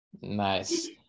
Nice